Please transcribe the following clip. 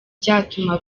byatuma